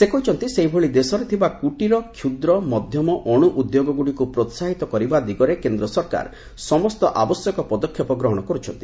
ସେ କହିଛନ୍ତି ସେହିଭଳି ଦେଶରେ ଥିବା କୂଟିର କ୍ଷୁଦ୍ର ମଧ୍ୟମ ଅଣୁ ଉଦ୍ୟୋଗ ଗୁଡ଼ିକୁ ପ୍ରୋହାହିତ କରିବା ଦିଗରେ କେନ୍ଦ୍ର ସରକାର ସମସ୍ତ ଆବଶ୍ୟକ ପଦକ୍ଷେପ ଗ୍ରହଣ କରୁଛନ୍ତି